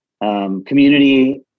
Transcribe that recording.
Community